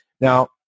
Now